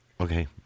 Okay